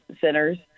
centers